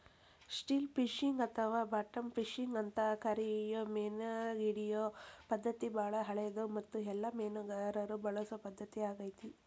still fishing ಅಥವಾ bottom fishing ಅಂತ ಕರಿಯೋ ಮೇನಹಿಡಿಯೋ ಪದ್ಧತಿ ಬಾಳ ಹಳೆದು ಮತ್ತು ಎಲ್ಲ ಮೇನುಗಾರರು ಬಳಸೊ ಪದ್ಧತಿ ಆಗೇತಿ